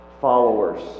followers